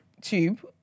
tube